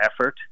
effort